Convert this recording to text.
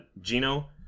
Gino